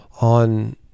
on